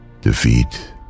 Defeat